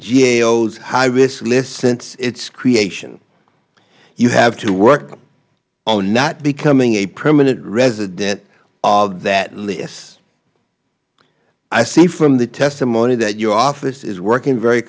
gao's high risk list since its creation you have to work on not becoming a permanent resident of that list i see from the testimony that your office is working very